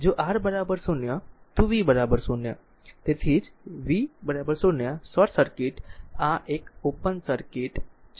તેથી તેથી જ v 0 શોર્ટ સર્કિટ આ એક ઓપન સર્કિટ છે